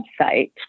website